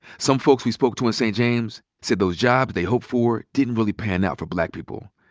some folks we spoke to in st. james said those jobs they hoped for didn't really pan out for black people.